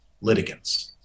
litigants